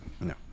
No